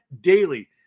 daily